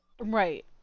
right